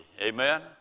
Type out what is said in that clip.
Amen